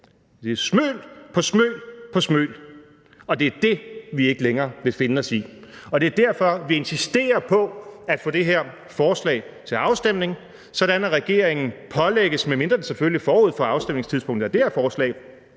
det er smøl på smøl. Det er det, vi ikke længere vil finde os i, og det er derfor, vi insisterer på at få det her forslag til afstemning, sådan at regeringen – medmindre den selvfølgelig forud for afstemningstidspunktet af det her forslag